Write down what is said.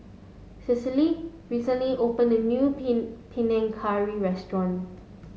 Cicely recently opened a new Pin Panang Curry Restaurant